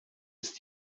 ist